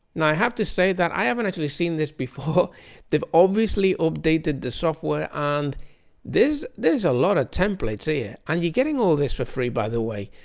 now, i have to say that i haven't actually seen this before they've obviously updated the software and this there's a lot of templates here and you're getting all this for free by the way.